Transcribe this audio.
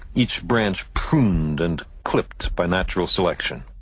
each branch pruned and clipped by natural selection.